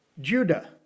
Judah